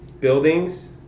buildings